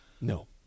No